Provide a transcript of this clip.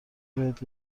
بهت